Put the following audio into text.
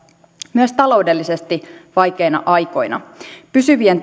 myös taloudellisesti vaikeina aikoina pysyvien